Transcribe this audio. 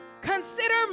consider